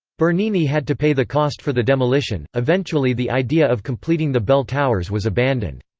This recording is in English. bernini had to pay the cost for the demolition eventually the idea of completing the bell towers was abandoned.